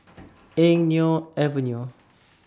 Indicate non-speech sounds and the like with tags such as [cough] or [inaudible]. [noise] Eng Neo Avenue